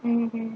mm mm